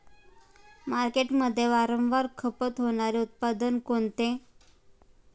मार्केटमध्ये वारंवार खपत होणारे उत्पादन कोणते?